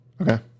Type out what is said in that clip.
Okay